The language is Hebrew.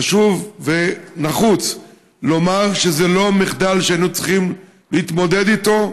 חשוב ונחוץ לומר שזה לא מחדל שהיינו צריכים להתמודד איתו.